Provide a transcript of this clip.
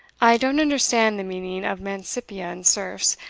i don't understand the meaning of mancipia and serfs,